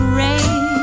rain